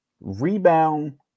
rebound